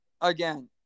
again